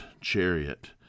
chariot